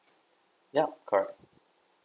yup correct